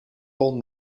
full